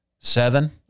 seven